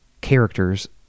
characters